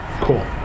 Cool